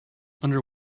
under